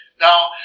now